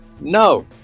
No